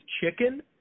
chicken